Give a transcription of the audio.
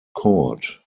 court